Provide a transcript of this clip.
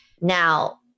Now